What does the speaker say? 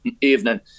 evening